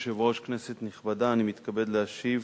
אדוני היושב-ראש, כנסת נכבדה, אני מתכבד להשיב